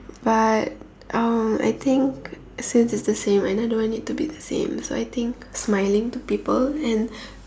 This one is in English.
but uh I think since it's the same and I don't want it to be the same so I think smiling to people and